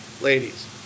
Ladies